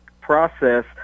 process